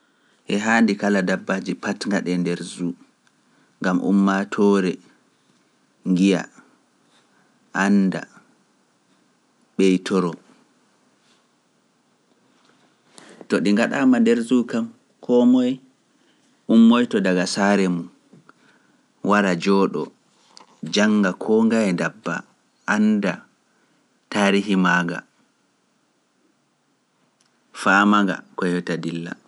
E haandi kala dabbaji patnga ɗe nder zoo, gam ummaa toore, ngiya, annda, ɓeytoro. To ɗi ngaɗaama nder zoo kam koo moye, ummoyto daga saare mum, wara jooɗo, jannga koo ngae ndabba, annda, taarihi maa nga, faama nga ko hewta tadilla.